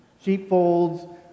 sheepfolds